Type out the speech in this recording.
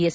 S